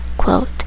quote